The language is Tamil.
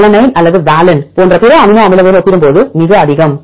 அலனைன் அல்லது வாலின் போன்ற பிற அமினோ அமிலங்களுடன் ஒப்பிடும்போது மிக அதிகம்